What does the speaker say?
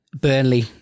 Burnley